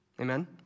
Amen